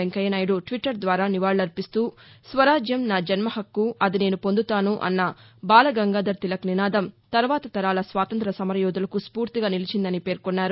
Venkaiah Naidu Twitter ద్వారా నివాళులర్పిస్తూ స్వరాజ్యం నా జన్మ హక్కు అది నేసు పొందుతాసు అన్న బాలగంగాధర తిలక్ నినాదం తర్వాత తరాల స్వాతంత సమరయోధులకు స్ఫూర్తిగా నిలిచిందని పేర్కొన్నారు